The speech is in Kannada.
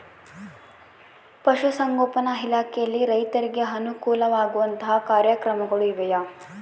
ಪಶುಸಂಗೋಪನಾ ಇಲಾಖೆಯಲ್ಲಿ ರೈತರಿಗೆ ಅನುಕೂಲ ಆಗುವಂತಹ ಕಾರ್ಯಕ್ರಮಗಳು ಇವೆಯಾ?